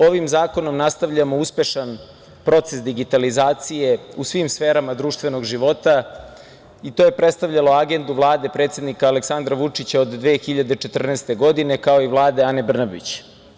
Ovim zakonom nastavljamo uspešan proces digitalizacije u svim sferama društvenog života i to je predstavljalo agendu Vlade predsednika Aleksandra Vučića od 2014. godine, kao i Vladu Ane Brnabić.